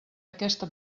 aquesta